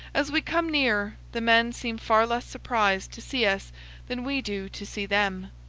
as we come near, the men seem far less surprised to see us than we do to see them.